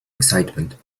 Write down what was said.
excitement